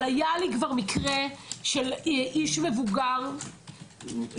אבל היה לי כבר מקרה מזעזע של איש מבוגר שתקפו